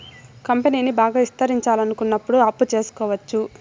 కంపెనీని బాగా విస్తరించాలనుకున్నప్పుడు అప్పు తెచ్చుకోవచ్చు